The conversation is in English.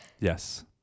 Yes